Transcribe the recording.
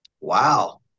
Wow